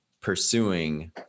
pursuing